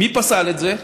מי פסל את זה?